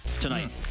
tonight